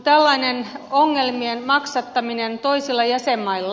tällainen ongelmien maksattaminen toisilla jäsenmailla